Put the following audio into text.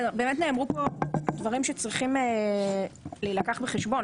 באמת נאמרו פה דברים שצריכים להילקח בחשבון.